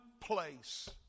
place